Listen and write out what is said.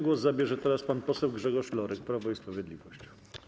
Głos zabierze teraz pan poseł Grzegorz Lorek, Prawo i Sprawiedliwość.